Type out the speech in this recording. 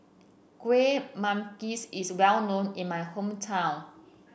Kueh Manggis is well known in my hometown